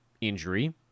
injury